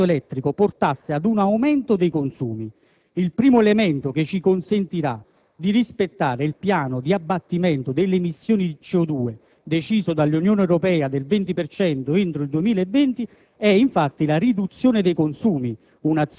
sarebbe un danno se la liberalizzazione del mercato elettrico portasse ad un aumento dei consumi. Il primo elemento che ci consentirà di rispettare il piano di abbattimento delle emissioni di CO2 deciso dall'Unione Europea del 20 per cento entro il 2020